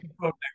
next